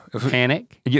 Panic